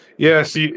Yes